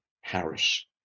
Harris